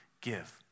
give